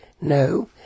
No